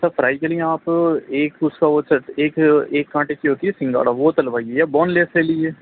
سر fry کے لیے آپ ایک اس کا وہ ست ایک ایک کانٹے سے ہوتی ہے سنگھاڑا وہ ڈلوائیے یا بون لیس لے لیجیے